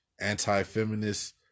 anti-feminist